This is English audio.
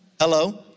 Hello